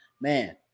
Man